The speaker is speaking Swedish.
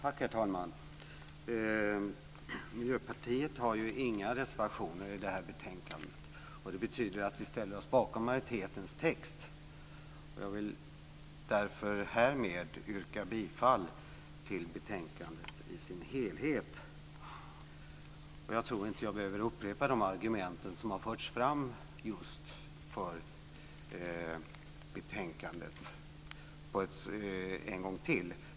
Herr talman! Miljöpartiet har inga reservationer vid det här betänkandet, och det betyder att vi ställer oss bakom majoritetens text. Jag yrkar härmed bifall till utskottets hemställan i dess helhet. Jag tror inte att jag behöver upprepa de argument som har anförts för betänkandet.